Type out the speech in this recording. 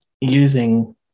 using